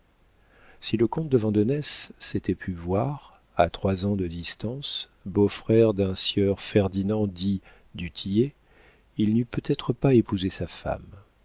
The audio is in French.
si le comte de vandenesse s'était pu voir à trois ans de distance beau-frère d'un sieur ferdinand dit du tillet il n'eût peut-être pas épousé sa femme